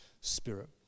Spirit